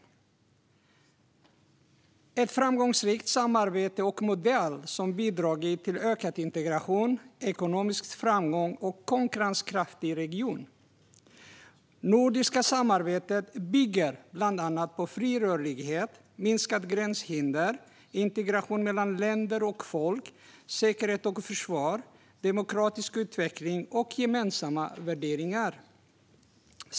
Det är ett framgångsrikt samarbete och en framgångsrik modell som bidragit till ökad integration, ekonomisk framgång och en konkurrenskraftig region. Det nordiska samarbetet bygger bland annat på fri rörlighet, minskade gränshinder, integration mellan länder och folk, säkerhet och försvar, demokratisk utveckling och gemensamma värderingar.